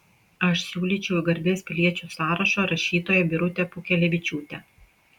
aš siūlyčiau į garbės piliečių sąrašą rašytoją birutę pūkelevičiūtę